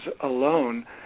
alone